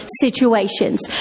situations